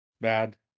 Bad